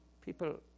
People